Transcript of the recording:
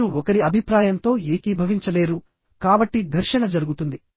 మీరు ఒకరి అభిప్రాయంతో ఏకీభవించలేరు కాబట్టి ఘర్షణ జరుగుతుంది